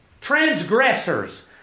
transgressors